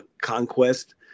conquest